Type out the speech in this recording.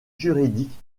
juridique